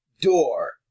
door